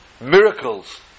Miracles